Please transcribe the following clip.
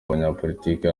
abanyapolitike